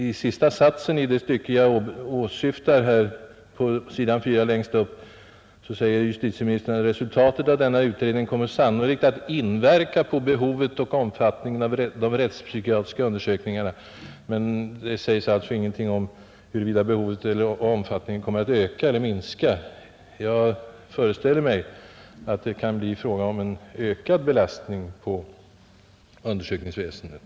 I sista satsen i det stycke jag åsyftar säger justitieministern: ”Resultatet av denna utredning kommer sannolikt att inverka på behovet och omfattningen av rättspsykiatriska undersökningar.” Det talas alltså ingenting om huruvida behovet eller omfattningen kommer att öka eller minska, men jag föreställer mig alltså att det kan bli fråga om en ökad belastning på undersökningsväsendet.